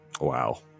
wow